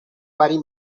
vari